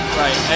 right